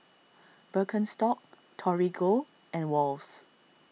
Birkenstock Torigo and Wall's